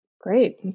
Great